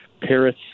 Paris